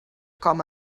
com